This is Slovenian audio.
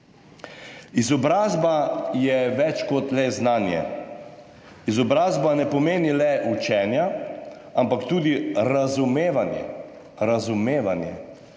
Izobrazba je več kot le znanje. Izobrazba ne pomeni le učenja, ampak tudi razumevanje. Razumevanje.